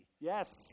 Yes